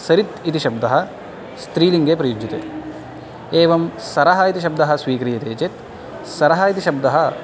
सरित् इति शब्दः स्त्रीलिङ्गे प्रयुज्यते एवं सरः इति शब्दः स्वीक्रियते चेत् सरः इति शब्दः